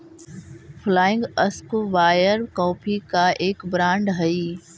flying squirrel coffee का एक brand हई